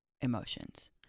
emotions